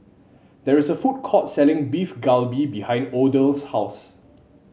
there is a food court selling Beef Galbi behind Odell's house